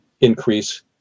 increase